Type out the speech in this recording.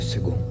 segundo